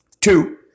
Two